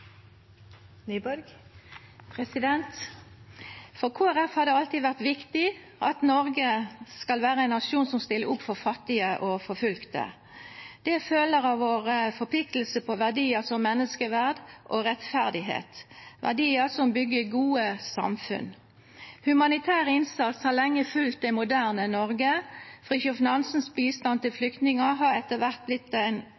For Kristelig Folkeparti har det alltid vært viktig at Norge skal være en nasjon som stiller opp for fattige og forfulgte. Det følger av vår forpliktelse til verdier som menneskeverd og rettferdighet – verdier som bygger gode samfunn. Humanitær innsats har lenge fulgt det moderne Norge. Fridtjof Nansens bistand til